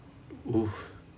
oo